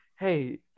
Hey